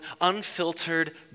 unfiltered